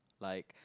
like